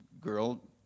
girl